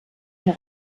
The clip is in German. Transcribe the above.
der